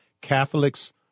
Catholics